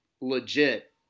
legit